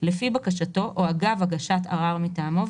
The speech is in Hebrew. לפי בקשתו או אגב הגשת ערר מטעמו,